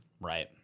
Right